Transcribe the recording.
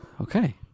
Okay